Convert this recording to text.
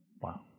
Wow